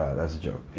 that's a joke.